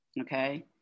Okay